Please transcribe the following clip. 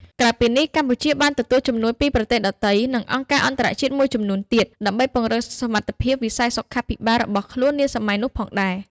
ក្រៅពីនេះ កម្ពុជាក៏បានទទួលជំនួយពីប្រទេសដទៃ និងអង្គការអន្តរជាតិមួយចំនួនទៀត ដើម្បីពង្រឹងសមត្ថភាពវិស័យសុខាភិបាលរបស់ខ្លួននាសម័យនោះផងដែរ។